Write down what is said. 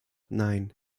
nein